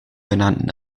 genannten